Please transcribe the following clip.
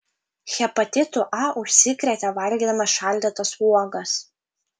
hepatitu a užsikrėtė valgydama šaldytas uogas